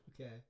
okay